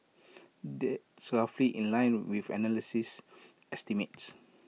that's in line with analysis estimates